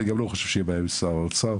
אני גם לא חושב שתהיה בעיה במשרד האוצר,